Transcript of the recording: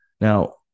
now